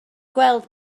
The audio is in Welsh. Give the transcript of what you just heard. gweld